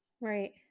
Right